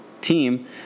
team